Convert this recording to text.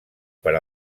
per